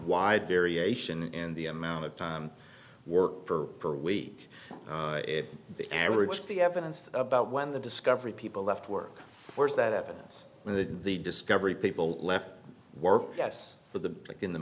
wide variation in the amount of time work per per week the average the evidence about when the discovery people left work force that evidence with the discovery people left work yes for the like in the